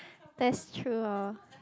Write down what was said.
that's true orh